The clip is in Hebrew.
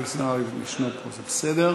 ההצעה להעביר את הנושא לוועדת הכספים נתקבלה.